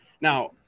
now